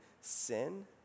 sin